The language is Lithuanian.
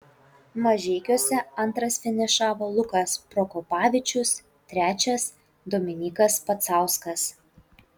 mažeikiuose antras finišavo lukas prokopavičius trečias dominykas pacauskas